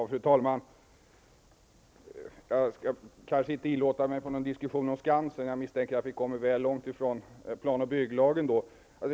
Fru talman! Jag skall kanske inte inlåta mig på någon diskussion om Skansen. Jag misstänker att vi kommer väl långt från plan och bygglagen då.